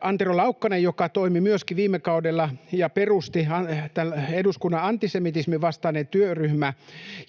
Antero Laukkanen, joka viime kaudella perusti eduskunnan antisemitismin vastaisen työryhmän,